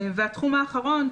והתחום האחרון,